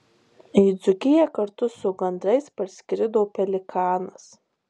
į dzūkiją kartu su gandrais parskrido pelikanas